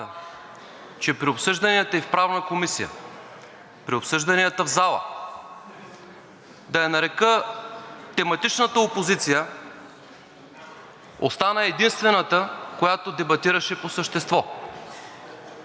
че при обсъжданията и в Правната комисия, при обсъжданията в залата, да я нарека „тематичната опозиция“ остана единствената, която дебатираше по същество.